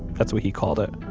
that's what he called it.